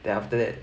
then after that